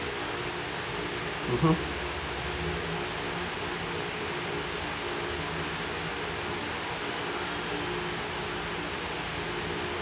mmhmm